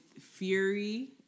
Fury